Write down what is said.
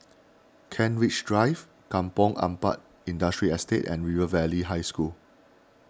Kent Ridge Drive Kampong Ampat Industrial Estate and River Valley High School